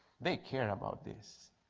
they care about this.